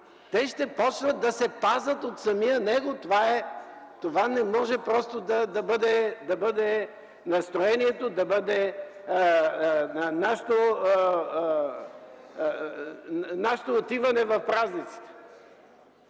те ще започнат да се пазят от самия него. Това не може да бъде настроението, да бъде нашето отиване в празниците.